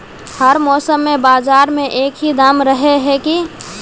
हर मौसम में बाजार में एक ही दाम रहे है की?